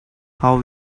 how